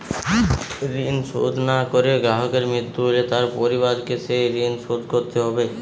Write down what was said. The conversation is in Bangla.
ঋণ শোধ না করে গ্রাহকের মৃত্যু হলে তার পরিবারকে সেই ঋণ শোধ করতে হবে?